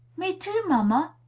me too, mamma!